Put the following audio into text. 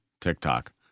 TikTok